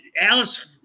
Alice